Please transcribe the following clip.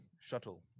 shuttle